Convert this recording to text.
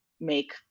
make